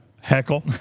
Heckle